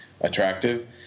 attractive